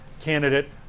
candidate